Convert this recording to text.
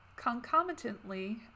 Concomitantly